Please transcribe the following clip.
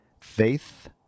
faith